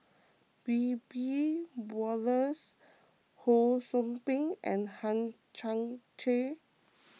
Wiebe Wolters Ho Sou Ping and Hang Chang Chieh